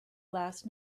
last